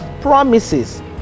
promises